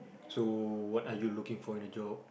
so what are you looking for in a job